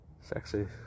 Sexy